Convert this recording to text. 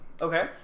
Okay